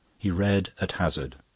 he read at hazard.